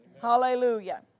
Hallelujah